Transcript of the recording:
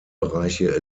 bereiche